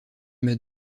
m’as